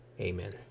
Amen